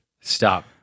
Stop